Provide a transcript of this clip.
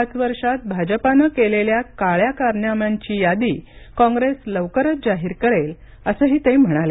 पाच वर्षात भाजपानं केलेल्या काळ्या कारनाम्यांची यादी काँग्रेस लवकरच जाहीर करेल असंही ते म्हणाले